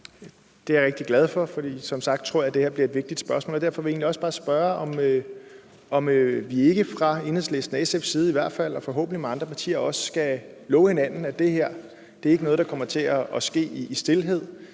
Det er jeg rigtig glad for, for som sagt tror jeg, det her bliver et vigtigt spørgsmål. Derfor vil jeg egentlig også bare spørge, om vi ikke fra Enhedslistens og i hvert fald SF's side og forhåbentlig også med andre partier kan love hinanden, at det her ikke er noget, der kommer til at ske i stilhed.